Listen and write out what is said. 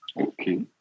Okay